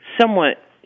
somewhat